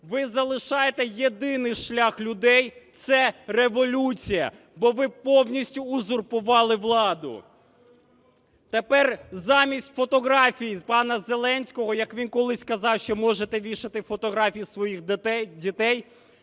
Ви залишаєте єдиний шлях людей – це революція, бо ви повністю узурпували владу. Тепер замість фотографій пана Зеленського (як він колись казав, що можете вішати фотографії своїх дітей),